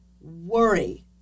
Worry